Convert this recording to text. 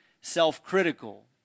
self-critical